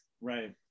Right